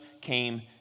came